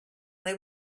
they